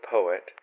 Poet